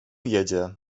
jedzie